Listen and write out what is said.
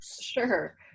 Sure